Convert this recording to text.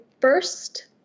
first